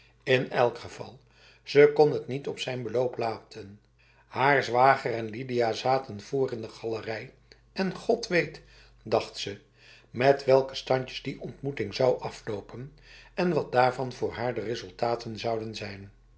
in elk geval ze kon het niet op zijn beloop laten haar zwager en lidia zaten voor in de galerij en god weet dacht ze met welke standjes die ontmoeting zou aflopen en wat daarvan voor haar de resultaten zouden zijn